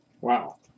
Wow